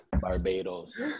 Barbados